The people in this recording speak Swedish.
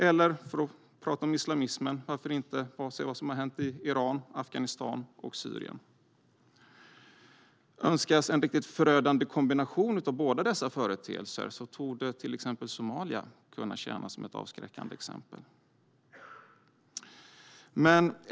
Eller för att tala om islamismen: Varför inte bara se vad som har hänt Iran, Afghanistan och Syrien? Önskas en riktigt förödande kombination av båda dessa företeelser torde Somalia tjäna som ett avskräckande exempel.